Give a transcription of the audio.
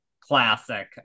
classic